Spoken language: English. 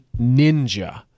ninja